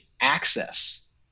access